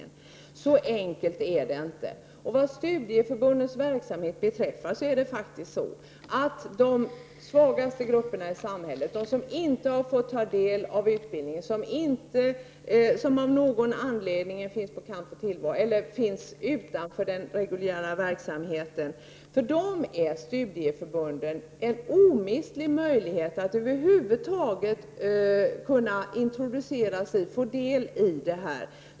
Så enkelt är det inte. Vad studieförbundens verksamhet beträffar förhåller det sig faktiskt så, att för de svagaste grupperna i samhället, de som inte har fått ta del av utbildning och som av någon anledning befinner sig utanför den reguljära verksamheten, är studieförbunden en omistlig möjlighet för att över huvud taget få del av utbildning.